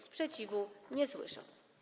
Sprzeciwu nie słyszę.